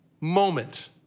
moment